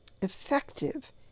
effective